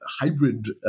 hybrid